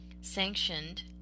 sanctioned